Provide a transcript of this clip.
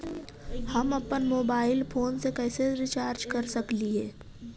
हम अप्पन mobile phone के कैसे रिचार्ज कर सकली हे?